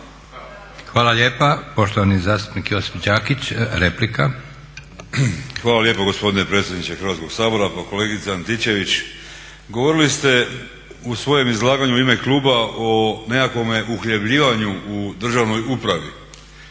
Hvala lijepa. Poštovani zastupnik Josip Đakić, replika. **Đakić, Josip (HDZ)** Hvala lijepo gospodine predsjedniče Hrvatskog sabora. Pa kolegice Antičević govorili ste u svojem izlaganju u ime kluba o nekakvome uhljebljivanju u državnoj upravi,